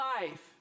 life